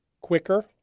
quicker